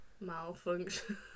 malfunction